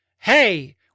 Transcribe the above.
hey